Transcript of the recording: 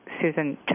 Susan